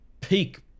peak